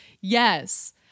yes